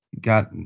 got